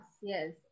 yes